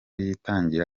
yitangira